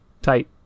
Tight